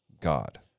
God